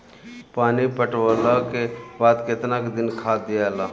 पानी पटवला के बाद केतना दिन खाद दियाला?